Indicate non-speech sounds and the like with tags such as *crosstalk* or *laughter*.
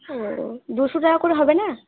ও *unintelligible* দুশো টাকা করে হবে না